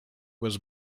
was